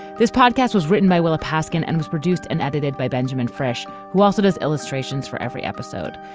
this podcast was written by willa paskin and was produced and edited by benjamin fresh who also does illustrations for every episode.